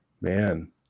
man